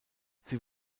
sie